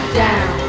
down